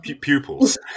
Pupils